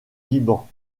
liban